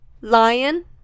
lion